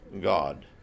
God